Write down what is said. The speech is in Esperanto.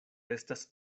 estas